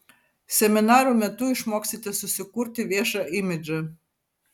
seminarų metu išmoksite susikurti viešą imidžą